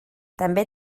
també